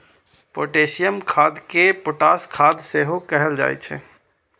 potassium खाद कें potash खाद सेहो कहल जाइ छै